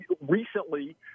Recently